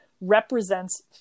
represents